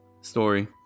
story